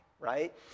right